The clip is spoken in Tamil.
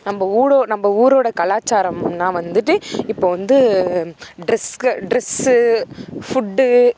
நம்ம நம்ம ஊரோட கலாச்சாரமுன்னா வந்துட்டு இப்போது வந்து ட்ரெஸுக்கு ட்ரெஸ்ஸு ஃபுட்டு